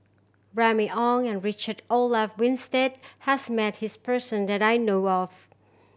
Remy Ong and Richard Olaf Winstedt has met his person that I know of